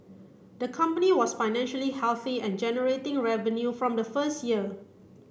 the company was financially healthy and generating revenue from the first year